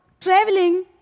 traveling